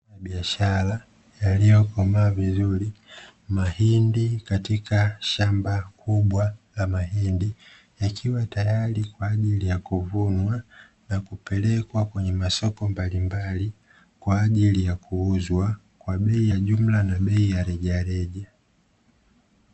Biashara ya mahindi yaliyokomaa vizuri, katika shamba kubwa la mahindi, yakiwa tayari kwa ajili ya kuvunwa na kupelekwa kwenye masoko mbalimbali, kwa ajili ya kuuzwa kwa bei ya jumla na bei ya rejareja.